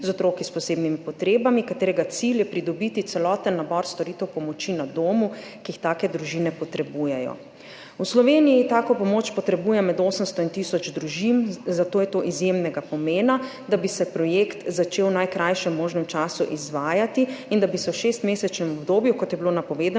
z otroki s posebnimi potrebami, katerega cilj je pridobiti celoten nabor storitev pomoči na domu, ki jih take družine potrebujejo. V Sloveniji táko pomoč potrebuje med 800 in tisoč družin, zato je to izjemnega pomena, da bi se projekt začel v najkrajšem možnem času izvajati in da bi se v šestmesečnem obdobju, kot je bilo napovedano,